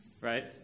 Right